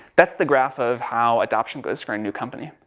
that's the graph of how adoption goes for a new company.